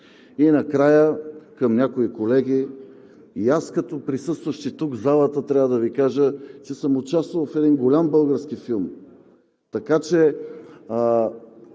Накрая, към някои колеги. И аз като присъстващите тук, в залата, трябва да Ви кажа, че съм участвал в един голям български филм. И като